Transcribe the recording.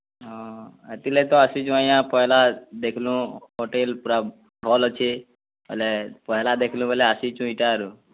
ହଁ ହେଥିଲାଗି ତ ଆସିଛୁ ଆଜ୍ଞା ପହେଲା ଦେଖ୍ଲୁଁ ହୋଟେଲ୍ ପୁରା ଭଲ୍ ଅଛେ ବୋଇଲେ ପହେଲା ଦେଖ୍ଲୁଁ ବୋଇଲେ ଆସିଛୁ ଇଟାର୍